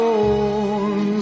own